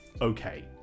okay